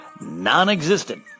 non-existent